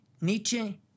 Nietzsche